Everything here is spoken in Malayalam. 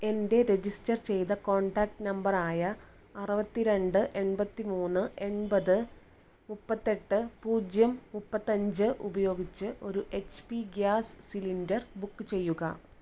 എൻ്റെ രജിസ്റ്റർ ചെയ്ത കോൺടാക്റ്റ് നമ്പർ ആയ അറുപത്തിരണ്ട് എൺപത്തിമൂന്ന് എൺപത് മുപ്പത്തെട്ട് പൂജ്യം മുപ്പത്തഞ്ച് ഉപയോഗിച്ച് ഒരു H P gas cylinder book ചെയ്യുക